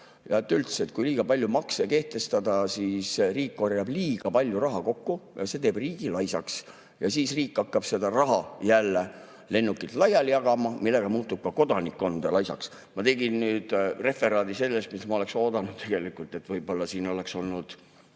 Ja üldse, kui liiga palju makse kehtestada, siis riik korjab liiga palju raha kokku ja see teeb riigi laisaks. Ja siis riik hakkab seda raha jälle lennukilt laiali jagama, millega muutub kodanikkond laisaks. Ma tegin nüüd referaadi sellest, mida ma oleksin oodanud, et Heiki Kranich oleks siin